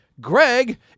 Greg